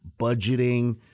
budgeting